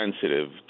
sensitive